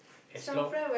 as long